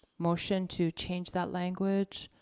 motion to change that language?